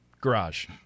Garage